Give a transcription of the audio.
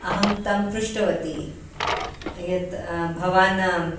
अहं तं पृष्टवती यत् भवान्